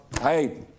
hey